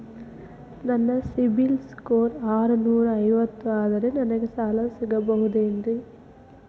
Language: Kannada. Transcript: ನನ್ನ ಸಿಬಿಲ್ ಸ್ಕೋರ್ ಆರನೂರ ಐವತ್ತು ಅದರೇ ನನಗೆ ಸಾಲ ಸಿಗಬಹುದೇನ್ರಿ?